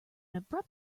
abrupt